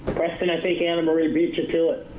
preston, i think anamarie beat you to it.